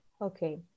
Okay